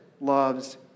loves